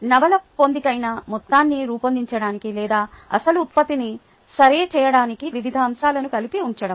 నవల పొందికైన మొత్తాన్ని రూపొందించడానికి లేదా అసలు ఉత్పత్తిని సరే చేయడానికి వివిధ అంశాలను కలిపి ఉంచడం